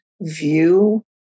view